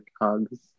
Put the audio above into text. hugs